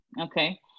Okay